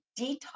detox